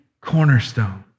cornerstone